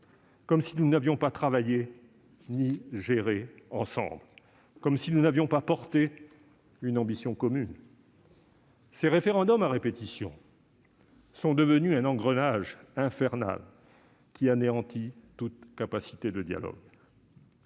comme si nous n'avions pas travaillé et géré la Nouvelle-Calédonie ensemble, comme si nous n'avions pas porté une ambition commune. Ces référendums à répétition sont devenus un engrenage infernal, qui anéantit toute capacité de dialogue.